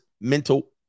mental